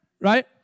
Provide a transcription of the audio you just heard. Right